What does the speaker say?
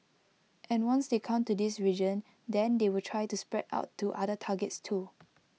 and once they come to this region then they will try to spread out to other targets too